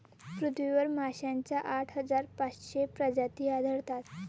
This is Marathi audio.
पृथ्वीवर माशांच्या आठ हजार पाचशे प्रजाती आढळतात